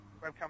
webcam